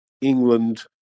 England